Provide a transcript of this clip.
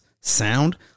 sound